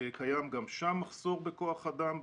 גם שם קיים מחסור בכוח אדם.